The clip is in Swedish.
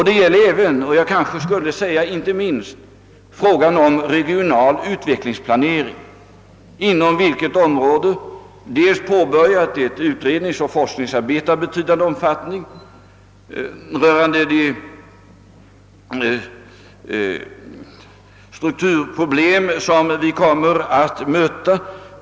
Det gäller även — och kanske inte minst — frågan om regional utvecklingsplanering, inom vilket område har påbörjats ett utredningsoch forskningsarbete av betydande omfattning rörande de strukturproblem som vi kommer att möta.